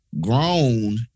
grown